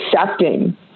accepting